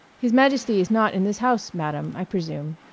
his majesty is not in this house, madam, i presume?